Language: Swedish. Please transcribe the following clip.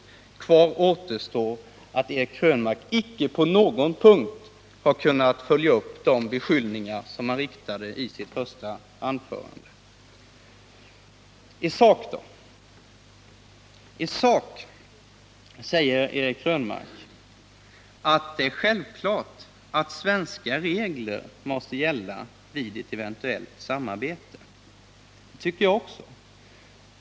Eric Krönmark 20 november 1978 har alltså inte på någon punkt kunnat följa upp de beskyllningar som han framförde i sitt första anförande. I sak då? I sak säger Eric Krönmark att det är självklart att svenska regler måste gälla vid ett eventuellt samarbete. Det tycker jag också.